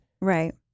Right